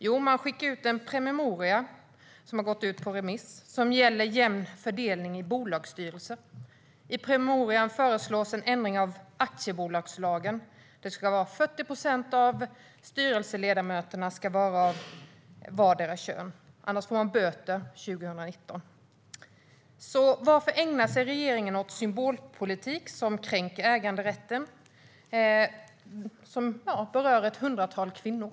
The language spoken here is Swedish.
Jo, man skickar ut en promemoria - den har gått ut på remiss - om jämn fördelning i bolagsstyrelser. I promemorian föreslås en ändring av aktiebolagslagen: 40 procent av styrelseledamöterna ska vara av vardera könet. Annars får man böter 2019. Varför ägnar sig regeringen åt symbolpolitik som kränker äganderätten och berör ett hundratal kvinnor?